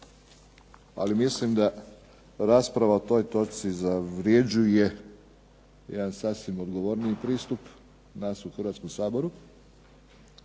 ali mislim da rasprava o toj točci zavređuje jedan sasvim odgovorniji pristup nas u Hrvatskom saboru.